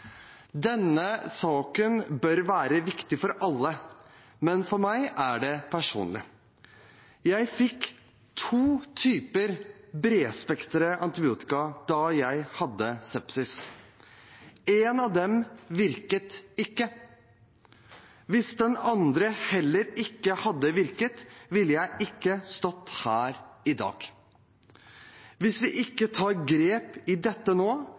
Denne saken bør være viktig for alle, men for meg er det personlig. Jeg fikk to typer bredspektret antibiotika da jeg hadde sepsis. En av dem virket ikke. Hvis den andre heller ikke hadde virket, ville jeg ikke stått her i dag. Hvis vi ikke tar tak i dette nå,